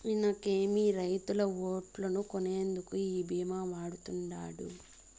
ఇనకేమి, రైతుల ఓట్లు కొనేందుకు ఈ భీమా వాడతండాడు